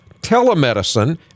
telemedicine